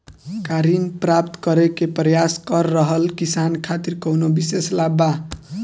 का ऋण प्राप्त करे के प्रयास कर रहल किसान खातिर कउनो विशेष लाभ बा?